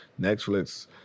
Netflix